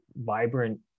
vibrant